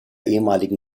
ehemaligen